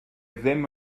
ddim